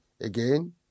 again